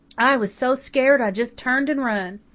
i was so scared i just turned and run.